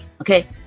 okay